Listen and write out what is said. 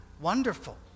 wonderful